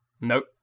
Nope